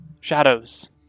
Shadows